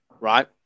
right